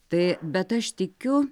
tai bet aš tikiu